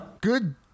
Good